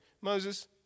Moses